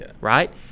right